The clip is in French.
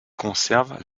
conservent